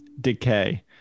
decay